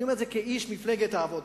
אני אומר את זה כאיש מפלגת העבודה.